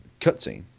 cutscene